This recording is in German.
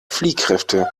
fliehkräfte